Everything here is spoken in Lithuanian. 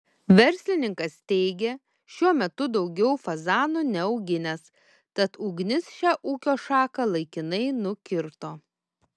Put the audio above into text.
verslininkas teigė šiuo metu daugiau fazanų neauginęs tad ugnis šią ūkio šaką laikinai nukirto